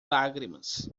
lágrimas